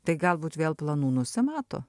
tai galbūt vėl planų nusimato